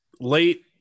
late